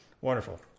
Wonderful